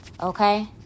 okay